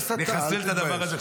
נחסל את הדבר הזה.